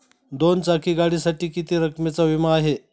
दोन चाकी गाडीसाठी किती रकमेचा विमा आहे?